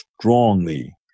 strongly